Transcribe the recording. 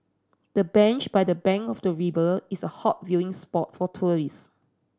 the bench by the bank of the river is a hot viewing spot for tourists